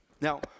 Now